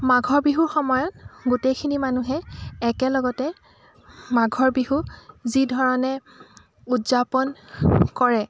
মাঘৰ বিহুৰ সময়ত গোটেইখিনি মানুহে একেলগতে মাঘৰ বিহু যি ধৰণে উদযাপন কৰে